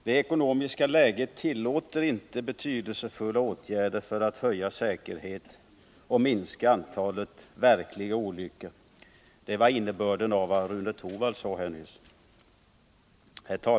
Det ekonomiska läget tillåter inte betydelsefulla åtgärder för att höja säkerheten och minska antalet vägtrafikolyckor — det är innebörden av vad Rune Torwald sade nyss.